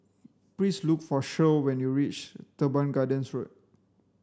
please look for Shirl when you reach Teban Gardens Road